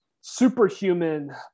Superhuman